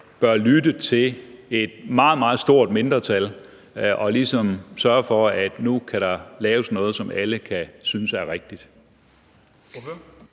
bør lytte til et meget, meget stort mindretal og ligesom sørge for, at der nu kan laves noget, som alle kan synes er rigtigt?